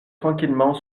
tranquillement